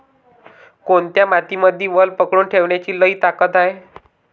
कोनत्या मातीमंदी वल पकडून ठेवण्याची लई ताकद हाये?